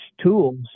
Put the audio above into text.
tools